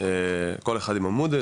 כל אחד עם המודל,